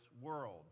world